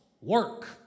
Work